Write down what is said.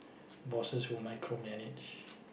bosses who micro manage